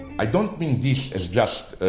i don't mean this as just